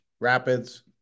Rapids